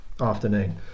afternoon